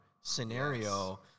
scenario